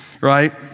right